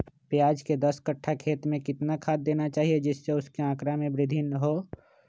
प्याज के दस कठ्ठा खेत में कितना खाद देना चाहिए जिससे उसके आंकड़ा में वृद्धि हो?